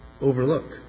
overlook